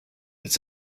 its